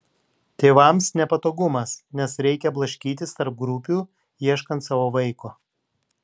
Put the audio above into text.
tėvams nepatogumas nes reikia blaškytis tarp grupių ieškant savo vaiko